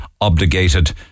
obligated